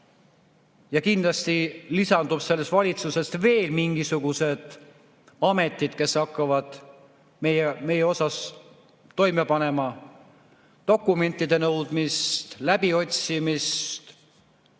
Kindlasti lisanduvad sellest valitsusest veel mingisugused ametid, kes hakkavad meie suhtes toime panema dokumentide nõudmist, läbiotsimist,